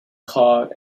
called